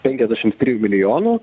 penkiasdešims trijų milijonų